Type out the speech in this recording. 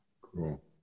Cool